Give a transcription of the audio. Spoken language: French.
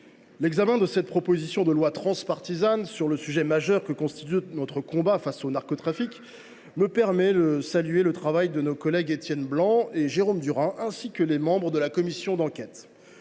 l’examen de la proposition de loi transpartisane sur le sujet majeur que constitue notre combat contre le narcotrafic me fournit l’occasion de saluer le travail de nos collègues Étienne Blanc et Jérôme Durain ainsi que celui des membres de la commission d’enquête.